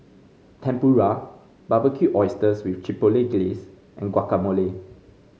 Tempura Barbecued Oysters with Chipotle Glaze and Guacamole